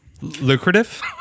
Lucrative